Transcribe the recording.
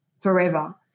forever